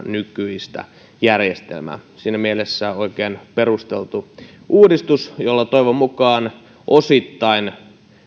nykyistä järjestelmää tämä on siinä mielessä oikein perusteltu uudistus jolla toivon mukaan osittain